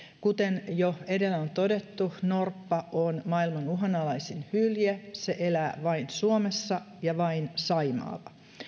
kuten jo edellä on todettu norppa on maailman uhanalaisin hylje se elää vain suomessa ja vain saimaalla